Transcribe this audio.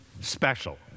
special